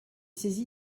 saisi